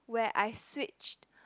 where I switched